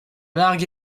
largue